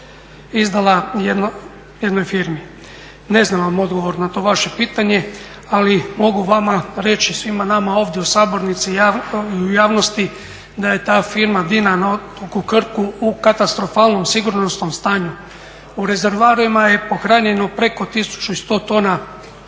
izdala jednoj firmi. Ne znam vam odgovor na to vaše pitanje, ali mogu vama reći i svima nama ovdje u sabornici i u javnosti da je ta firma Dina na otoku Krku u katastrofalnom sigurnosnom stanju. U rezervoarima je pohranjeno preko 1100 tona